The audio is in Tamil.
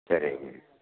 சரிங்க